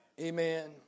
Amen